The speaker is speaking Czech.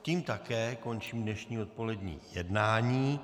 Tím také končím dnešní odpolední jednání.